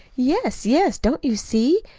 yes, yes! don't you see?